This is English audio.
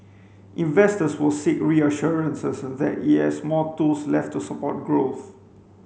investors will seek reassurances that it has more tools left to support growth